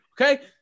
Okay